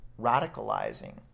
radicalizing